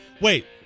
wait